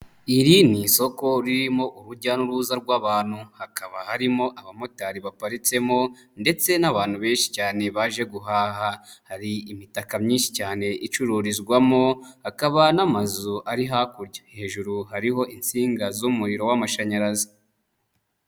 Iri ni isoko ririmo urujya n'uruza rw'abantu hakaba harimo abamotari baparitsemo ndetse n'abantu benshi cyane baje guhaha. Hari imitaka myinshi cyane icururizwamo hakaba n'amazu ari hakurya, hejuru hariho insinga z'umuriro w'amashanyarazi.